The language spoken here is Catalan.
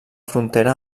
frontera